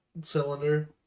cylinder